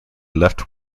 left